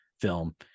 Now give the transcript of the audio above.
film